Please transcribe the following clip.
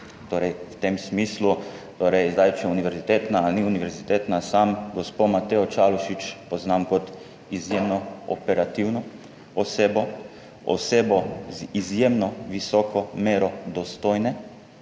torej v tem smislu, torej zdaj če je univerzitetna ali ni univerzitetna, sam gospo Matejo Čalušić poznam kot izjemno operativno osebo, osebo z izjemno visoko mero dostojne,